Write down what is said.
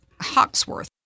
Hawksworth